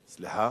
סליחה?